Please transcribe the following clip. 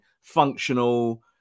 functional